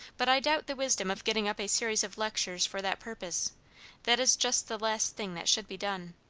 but i doubt the wisdom of getting up a series of lectures for that purpose that is just the last thing that should be done.